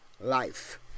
life